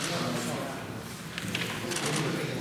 נתקבל.